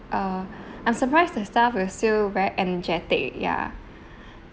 uh I'm surprised the staff were still very energetic ya